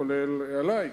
כולל עלי,